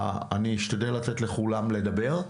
אני אשתדל לתת לכולם לדבר,